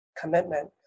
commitment